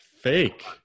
Fake